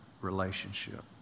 relationship